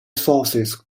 sources